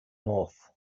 north